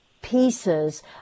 pieces